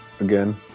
again